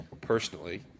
personally